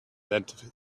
that